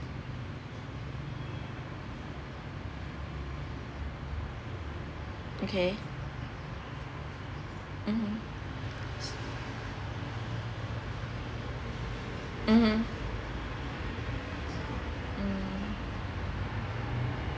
okay mmhmm mmhmm mm